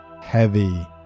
heavy